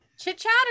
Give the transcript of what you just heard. chit-chat